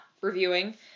reviewing